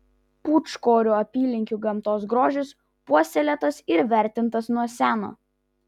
pūčkorių apylinkių gamtos grožis puoselėtas ir vertintas nuo seno